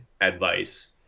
advice